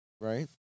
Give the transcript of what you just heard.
Right